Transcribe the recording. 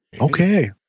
Okay